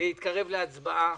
להתקרב להצבעה,